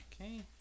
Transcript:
Okay